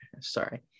Sorry